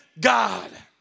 God